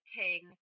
king